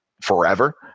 forever